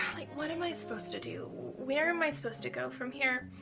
like what am i supposed to do where am i supposed to go from here?